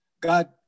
God